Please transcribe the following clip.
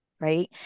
right